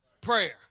Prayer